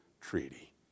treaty